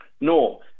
no